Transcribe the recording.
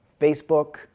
Facebook